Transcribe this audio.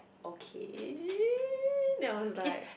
okay then I was like